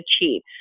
achieve